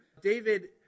David